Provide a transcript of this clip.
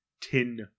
Tin